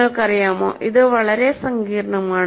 നിങ്ങൾക്കറിയാമോ ഇത് വളരെ സങ്കീർണമാണ്